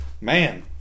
Man